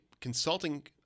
consulting